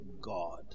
God